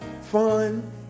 Fun